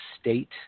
State